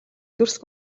дүрслэх